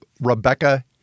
rebecca